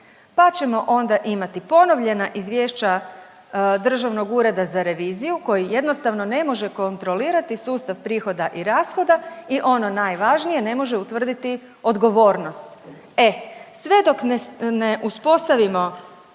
pa ćemo onda imati ponovljena izvješća Državnog ureda za reviziju koji jednostavno ne može kontrolirati sustav prihoda i rashoda i ono najvažnije, ne može utvrditi odgovornost.